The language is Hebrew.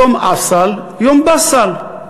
יום עסל, יום בסל,